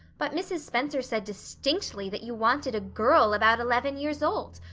but mrs. spencer said distinctly that you wanted a girl about eleven years old.